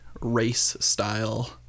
race-style